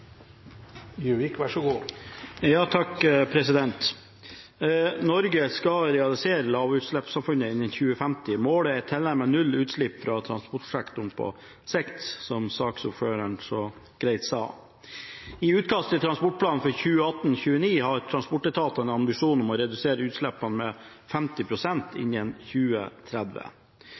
null utslipp fra transportsektoren på sikt, som saksordføreren så greit sa. I utkast til transportplan for 2018–2029 har transportetatene en ambisjon om å redusere utslippene med 50 pst. innen 2030.